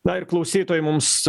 na ir klausytojai mums